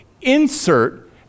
Insert